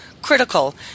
critical